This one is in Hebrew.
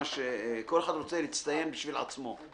כל אחד רוצה להצטיין בשביל עצמו.